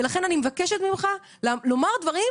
לכן אני מבקשת ממך לומר דברים,